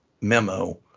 memo